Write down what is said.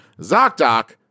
Zocdoc